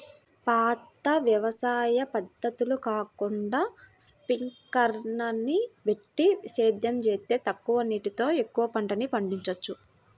పాత వ్యవసాయ పద్ధతులు కాకుండా స్పింకర్లని బెట్టి సేద్యం జేత్తే తక్కువ నీరుతో ఎక్కువ పంటని పండిచ్చొచ్చు